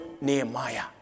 Nehemiah